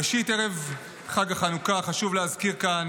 ראשית, ערב חג החנוכה חשוב להזכיר כאן